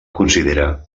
considera